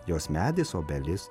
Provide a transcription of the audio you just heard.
jos medis obelis